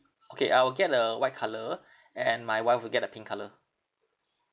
okay I will get the white colour and my wife will get the pink colour